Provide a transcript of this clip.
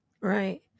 Right